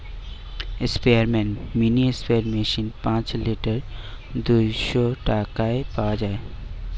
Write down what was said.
স্পেয়ারম্যান mini sprayer machine পাঁচ litre দুইশ টাকায় পাওয়া যায়